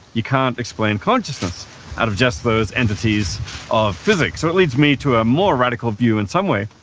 you can't explain consciousness out of just those entities of physics, so it leads me to a more radical view, in some way,